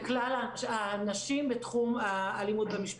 לכלל הנשים בתחום האלימות במשפחה.